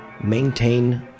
maintain